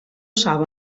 saben